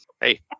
Hey